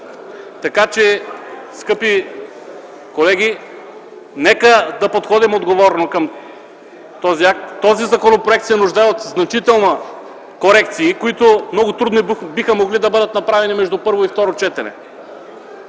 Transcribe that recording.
Така че, скъпи колеги, нека да подходим отговорно към този акт. Този законопроект се нуждае от значителни корекции, които много трудно биха могли да бъдат направени между първо и второ четене.